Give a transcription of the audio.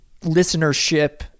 listenership